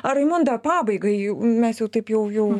ar raimonda pabaigai mes jau taip jau jau